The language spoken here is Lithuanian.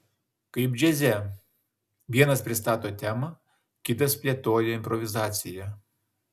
kaip džiaze vienas pristato temą kitas plėtoja improvizaciją